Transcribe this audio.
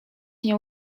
nie